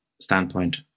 standpoint